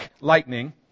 lightning